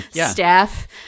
staff